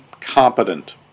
competent